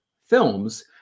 films